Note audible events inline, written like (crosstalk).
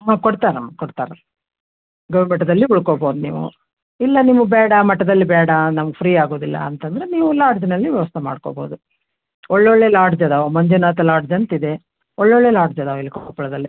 (unintelligible) ಕೊಡ್ತಾರಮ್ಮ ಕೊಡ್ತಾರೆ ಗವಿಮಠದಲ್ಲಿ ಉಳ್ಕೊಳ್ಬಹುದು ನೀವೂ ಇಲ್ಲ ನಿಮಗೆ ಬೇಡ ಮಠದಲ್ಲಿ ಬೇಡ ನಮ್ಗೆ ಫ್ರೀ ಆಗುವುದಿಲ್ಲ ಅಂತ ಅಂದ್ರೆ ನೀವು ಲಾಡ್ಜ್ನಲ್ಲಿ ವ್ಯವಸ್ಥೆ ಮಾಡ್ಕೊಳ್ಬಹುದು ಒಳ್ಳೆ ಒಳ್ಳೆ ಲಾಡ್ಜ್ ಇದ್ದಾವೆ ಮಂಜುನಾಥ ಲಾಡ್ಜ್ ಅಂತ ಇದೆ ಒಳ್ಳೊಳ್ಳೆ ಲಾಡ್ಜ್ ಅದಾವೆ ಇಲ್ಲಿ ಕೊಪ್ಪಳದಲ್ಲಿ